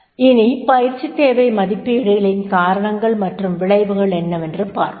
இனி பயிற்சித் தேவை மதிப்பீடுகளின் காரணங்கள் மற்றும் விளைவுகள் என்னவென்று பார்ப்போம்